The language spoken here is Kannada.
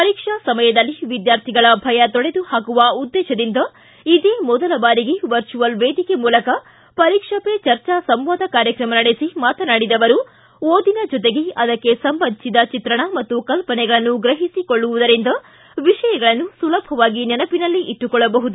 ಪರೀಕ್ಷಾ ಸಮಯದಲ್ಲಿ ವಿದ್ಯಾರ್ಥಿಗಳ ಭಯ ತೊಡೆದು ಹಾಕುವ ಉದ್ದೇಶದಿಂದ ಇದೇ ಮೊದಲ ಬಾರಿಗೆ ವರ್ಚಿವಲ್ ವೇದಿಕೆ ಮೂಲಕ ಪರೀಕ್ಷಾ ಪೆ ಚರ್ಚಾ ಸಂವಾದ ಕಾರ್ಯಕ್ರಮ ನಡೆಸಿ ಮಾತನಾಡಿದ ಅವರು ಓದಿನ ಜೊತೆಗೆ ಅದಕ್ಕೆ ಸಂಬಂಧಿಸಿದ ಚಿತ್ರಣ ಮತ್ತು ಕಲ್ಪನೆಗಳನ್ನು ಗ್ರಹಿಸಿಕೊಳ್ಳುವುದಿಂದ ವಿಷಯಗಳನ್ನು ಸುಲಭವಾಗಿ ನೆನಪಿನಲ್ಲಿ ಇಟ್ಲುಕೊಳ್ಳಬಹುದು